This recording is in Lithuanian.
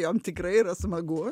jom tikrai yra smagu